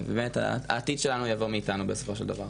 באמת, העתיד שלנו יבוא מאיתנו, בסופו של דבר.